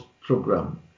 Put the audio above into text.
program